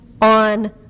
on